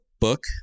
book